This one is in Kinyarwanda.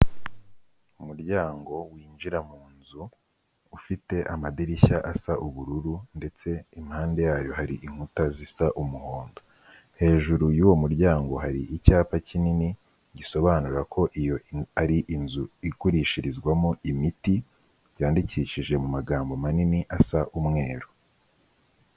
Umuryango winjira mu nzu ufite amadirishya asa ubururu ndetse impande yayo hari inkuta zisa umuhondo hejuru y'uwo muryango hari icyapa kinini gisobanura ko iyo ari inzu igurishirizwamo imiti byandikishije mu magambo manini asa umweru.